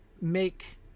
make